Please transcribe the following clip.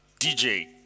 DJ